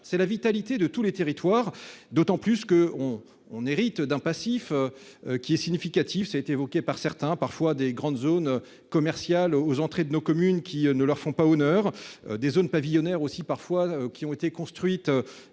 c'est la vitalité de tous les territoires d'autant plus que on on hérite d'un passif. Qui est significatif. Ça a été évoqué par certains parfois des grandes zones commerciales aux entrées de nos communes qui ne leur font pas honneur des zones pavillonnaires aussi parfois qui ont été construites